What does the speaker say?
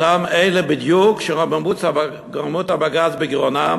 הם בדיוק אותם אלה שרוממות הבג"ץ בגרונם